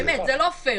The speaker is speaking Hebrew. זה לא פייר.